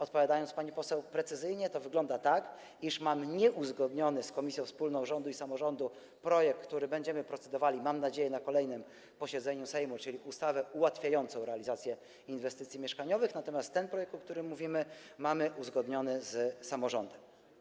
Odpowiadając: pani poseł, precyzyjnie to wygląda tak, iż mamy nieuzgodniony z komisją wspólną rządu i samorządu projekt, nad którym będziemy procedowali, mam nadzieję, na kolejnym posiedzeniu Sejmu, czyli ustawę ułatwiającą realizację inwestycji mieszkaniowych, natomiast ten projekt, o którym mówimy, mamy uzgodniony z samorządem.